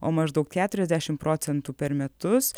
o maždaug keturiasdešim procentų per metus